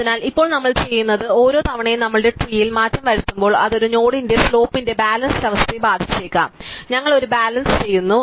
അതിനാൽ ഇപ്പോൾ നമ്മൾ ചെയ്യുന്നത് ഓരോ തവണയും നമ്മുടെ ട്രീൽ മാറ്റം വരുത്തുമ്പോൾ അത് ഒരു നോഡിന്റെ സ്ലോപ്പ് ന്റെ ബാലൻസ് അവസ്ഥയെ ബാധിച്ചേക്കാം ഞങ്ങൾ ഒരു ബാലൻസ് ചെയ്യുന്നു